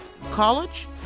College